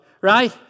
right